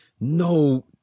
No